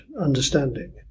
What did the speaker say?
understanding